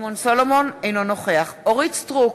אינו נוכח אורית סטרוק,